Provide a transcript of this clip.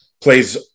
plays